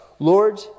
Lord